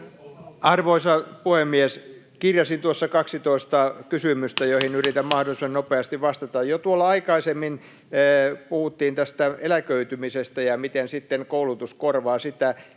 Arvoisa puhemies! Kirjasin tuossa 12 kysymystä, joihin yritän mahdollisimman nopeasti vastata. Jo aikaisemmin puhuttiin tästä eläköitymisestä ja siitä, miten sitten koulutus korvaa sitä.